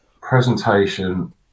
presentation